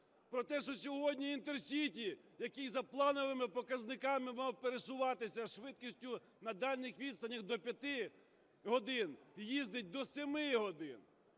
Про те, що сьогодні "інтерсіті", який за плановими показниками мав пересуватися із швидкістю на дальніх відстанях до 5 годин, їздить до 7 годин.